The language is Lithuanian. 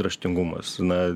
raštingumas na